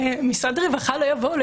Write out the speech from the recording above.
משרד רווחה לא יבואו,